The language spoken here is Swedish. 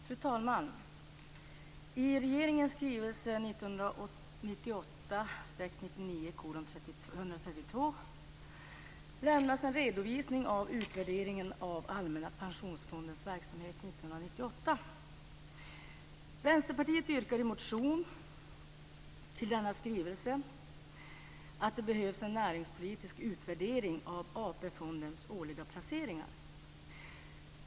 Fru talman! I regeringens skrivelse 1998/99:132 lämnas en redovisning och utvärdering av Allmänna pensionsfondens verksamhet 1998. Vänsterpartiet yrkar i en motion till denna skrivelse att det behövs en näringspolitisk utvärdering av AP-fondens årliga placeringar.